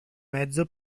mezzo